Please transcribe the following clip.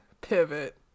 pivot